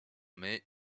mai